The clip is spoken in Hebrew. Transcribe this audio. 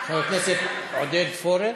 חבר הכנסת עודד פורר.